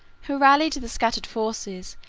who rallied the scattered forces,